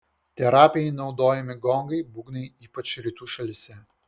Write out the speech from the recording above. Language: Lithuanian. terapijai naudojami gongai būgnai ypač rytų šalyse